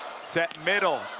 set middle.